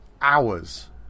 hours